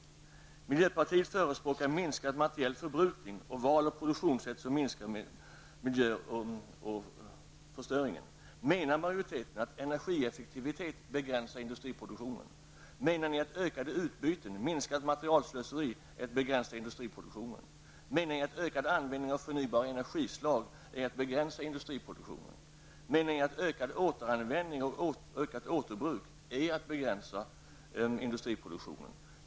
Miljöpartiet förespråkar minskad materiell förbrukning och val av produktionssätt som minskar miljöförstöringen. Menar majoriteten att energieffektivitet begränsar industriproduktionen? Menar ni att ökade utbyten och minskat materialslöseri innebär att man begränsar industriproduktionen? Menar ni att ökad användning av förnybara energislag är att begränsa industriproduktionen? Menar ni att ökad återanvändning och ökat återbruk är att begränsa industriproduktionen?